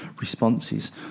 responses